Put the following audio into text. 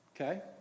Okay